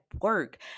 work